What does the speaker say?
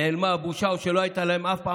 נעלמה הבושה או שלא הייתה להם אף פעם